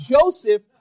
Joseph